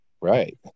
Right